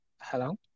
Hello